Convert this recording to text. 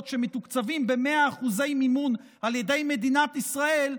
שמתוקצבים ב-100% מימון על ידי מדינת ישראל,